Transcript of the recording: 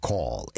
Call